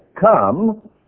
Come